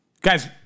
Guys